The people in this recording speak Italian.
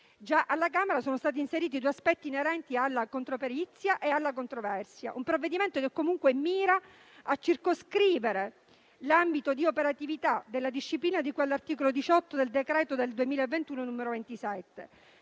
alla Camera sono stati inseriti due aspetti inerenti alla controperizia e alla controversia in un provvedimento che comunque mira a circoscrivere l'ambito di operatività della disciplina di cui all'articolo 18 del decreto legislativo del 2